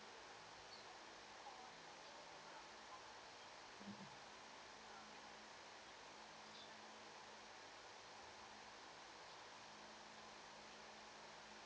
mm so